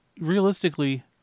realistically